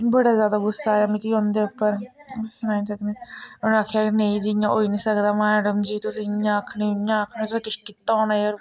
बड़ा ज्यादा गुस्सा आया मिकी उं'दे उप्पर आ'ऊं सनाई नी सकनी उ'नें आखेआ नेईंं जी इ'यां होई नी सकदा मैडम जी तुस इ'यां आखै ने उ'यां आखै ने तुसें किश कीता होना एयरफोन गी